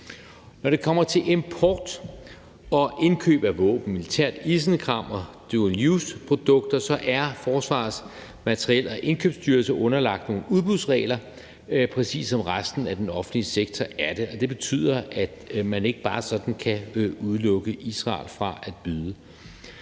Når det kommer til import og indkøb af våben, militært isenkram og dual use-produkter, er Forsvarsministeriets Materiel- og Indkøbsstyrelse underlagt nogle udbudsregler, præcis som resten af den offentlige sektor er det. Og det betyder, at man ikke bare sådan kan udelukke Israel fra at byde.